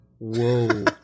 Whoa